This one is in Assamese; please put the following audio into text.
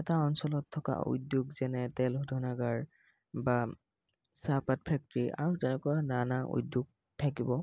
এটা অঞ্চলত থকা উদ্যোগ যেনে তেল শোধনাগাৰ বা চাহপাত ফেক্ট্ৰি আৰু তেনেকুৱা নানা উদ্যোগ থাকিব